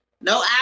no